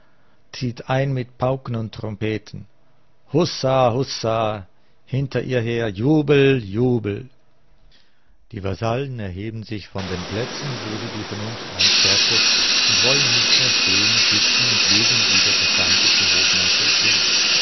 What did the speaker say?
zieht ein mit pauken und trompeten hussa hussa hinter ihr her jubel jubel die vasallen erheben sich von den plätzen wo sie die vernunft einsperrte und wollen nicht mehr stehen sitzen und liegen wie der pedantische hofmeister es will